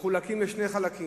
מחולקים לשני חלקים.